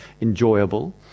enjoyable